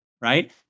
Right